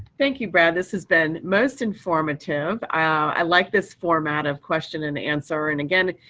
thank you, brad. this has been most informative. i like this format of question and answer. and again,